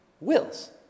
wills